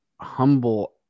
humble